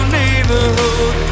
neighborhood